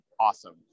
awesome